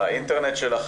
האינטרנט שלך